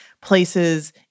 places